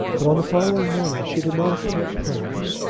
but on the following morning she did not appear at prayers,